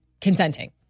consenting